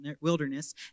wilderness